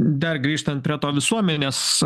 dar grįžtant prie to visuomenės